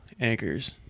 anchors